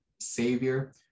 savior